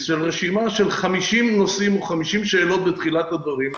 של רשימת 50 נושאים או 50 שאלות בתחילת הדברים,